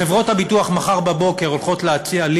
חברות הביטוח מחר בבוקר הולכות להציע לי